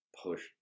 push